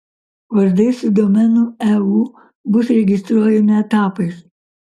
vardai su domenu eu bus registruojami etapais